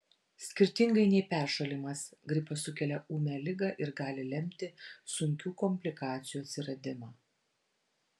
skirtingai nei peršalimas gripas sukelia ūmią ligą ir gali lemti sunkių komplikacijų atsiradimą